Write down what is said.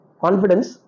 confidence